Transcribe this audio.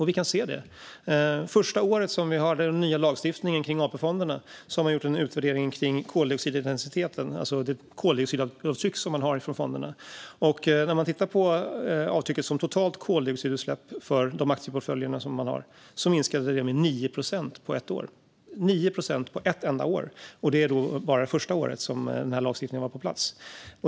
Vi kan se det. Efter första året med den nya lagstiftningen om AP-fonderna har man gjort en utredning om koldioxidintensiteten, alltså det koldioxidavtryck som fonderna ger. Tittar man på avtrycket i form av de totala koldioxidutsläppen för de aktieportföljer man har kan man se att det minskade med 9 procent på ett år, och det är då bara det första året med denna lagstiftning på plats.